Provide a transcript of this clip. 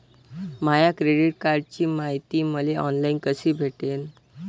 माया credit कार्डची मायती मले ऑनलाईन कसी भेटन?